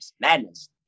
Madness